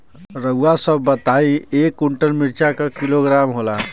रउआ सभ बताई एक कुन्टल मिर्चा क किलोग्राम होला?